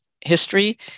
history